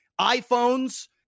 iPhones